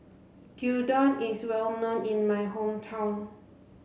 Gyudon is well known in my hometown